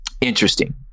interesting